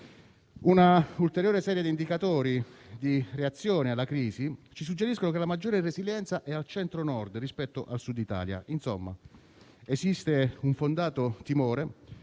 Un'ulteriore serie di indicatori di reazione alla crisi ci suggerisce che la maggiore resilienza è al Centro-Nord rispetto al Sud Italia. Insomma, esiste un fondato timore